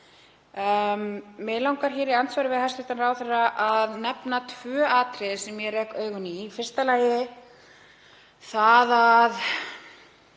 Mig langar hér í andsvörum við hæstv. ráðherra að nefna tvö atriði sem ég rek augun í. Í fyrsta lagi það að